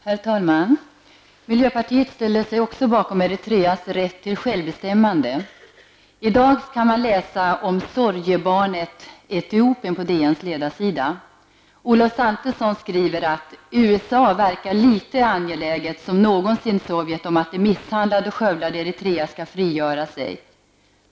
Herr talman! Även miljöpartiet ställer sig bakom Eritreas rätt till självbestämmande. I dag kan man under rubriken Sorgebarnet Etiopien på DNs ledarsida läsa vad Olof Santesson skriver: ''USA verkar litet angeläget som någonsin Sovjet om att det misshandlade och skövlade Eritrea ska frigöra sig.''